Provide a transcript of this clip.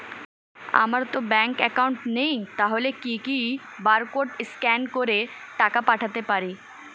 আমারতো bank account নেই তাহলে কি কি বারকোড স্ক্যান করে টাকা পাঠাতে পারি?